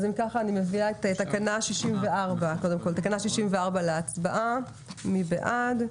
מביאה להצבעה את תקנה 64. מי בעד?